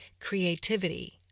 creativity